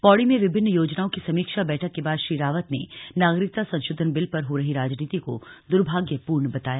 पौड़ी में विभिन्न योजनाओं की समीक्षा बैठक के बाद श्री रावत ने नागरिकता संशोधन बिल पर हो रही राजनीति को द्र्भाग्यपूर्ण बताया